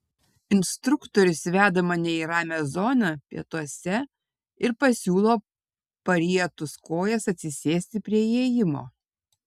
instruktorius veda mane į ramią zoną pietuose ir pasiūlo parietus kojas atsisėsti prie įėjimo